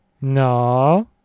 No